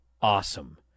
awesome